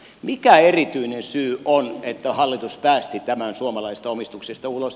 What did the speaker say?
mikä erityinen syy on että hallitus päästi tämän suomalaisesta omistuksesta ulos